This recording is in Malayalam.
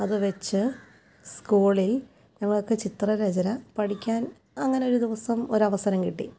അതുവെച്ച് സ്കൂളിൽ ഞങ്ങളൊക്കെ ചിത്രരചന പഠിക്കാൻ അങ്ങനൊരു ദിവസം ഒരു അവസരം കിട്ടി